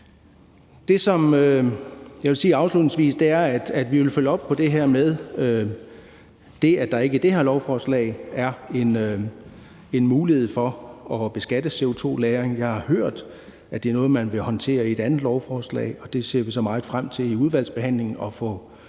Det, som jeg vil sige afslutningsvis, er, at vi vil følge op på det her med, at der ikke i det her lovforslag er en mulighed for at beskatte CO2-lagring. Jeg har hørt, at det er noget, man vil håndtere i et andet lovforslag, og vi ser meget frem til i udvalgsbehandlingen at få